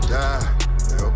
die